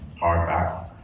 Hardback